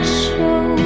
show